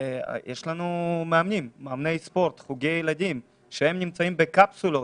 יש לנו מאמני ספורט וחוגי ילדים שנמצאים בקפסולות.